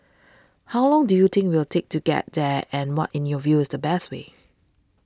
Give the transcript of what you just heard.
how long do you think we'll take to get there and what in your view is the best way